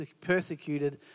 persecuted